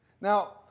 Now